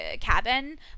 cabin